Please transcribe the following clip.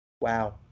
Wow